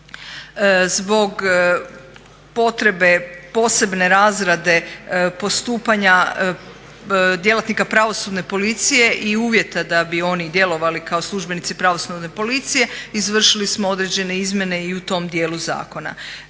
Zbog potrebe posebne razrade postupanja djelatnika Pravosudne policije i uvjeta da bi oni djelovali kao službenici Pravosudne policije izvršili smo određene izmjene i u tom dijelu zakona.